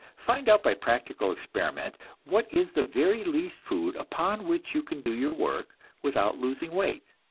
find out by practical experiment what is the very least food upon which you can do your work without losing weight.